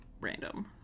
random